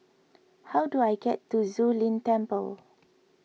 how do I get to Zu Lin Temple